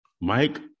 Mike